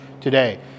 today